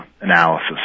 analysis